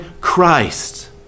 Christ